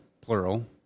Plural